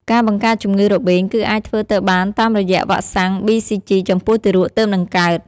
ការបង្ការជំងឺរបេង គឺអាចធ្វើទៅបានតាមរយៈវ៉ាក់សាំងប៊ីស៊ីជី ចំពោះទារកទើបនឹងកើត។